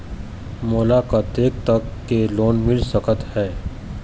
मोला कतेक तक के लोन मिल सकत हे?